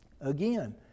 Again